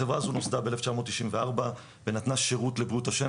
החברה הזו נוסדה ב-1994 ונתנה שירות לבריאות השן.